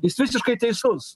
jis visiškai teisus